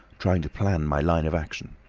trying to plan my line of action.